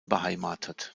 beheimatet